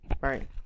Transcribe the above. right